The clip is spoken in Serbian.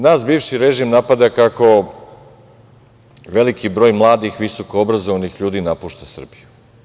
Nas bivši režim napada kako veliki broj mladih visokoobrazovanih ljudi napušta Srbiju.